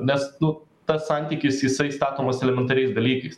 nes nu tas santykis jisai statomas elementariais dalykais